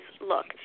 look